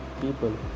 people